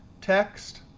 text,